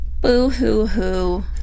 boo-hoo-hoo